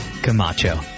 Camacho